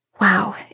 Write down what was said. Wow